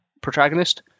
protagonist